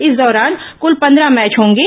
इस दौरान कल पंद्रह मैच होंगे